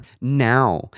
now